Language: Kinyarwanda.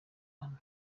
hano